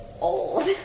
old